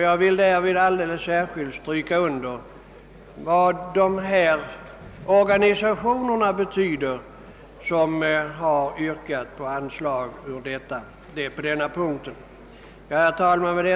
Jag vill stryka under vad de organisationer betyder som har yrkat på anslag under denna punkt. Herr talman!